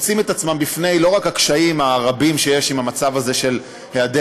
מוצאים את עצמם לעתים בחיים במציאות שבה הם מובטלים,